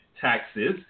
taxes